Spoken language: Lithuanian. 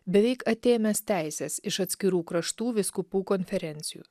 beveik atėmęs teises iš atskirų kraštų vyskupų konferencijų